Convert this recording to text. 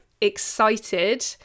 excited